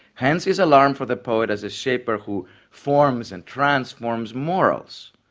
hence his alarm for the poet as a shaper who forms and transforms morals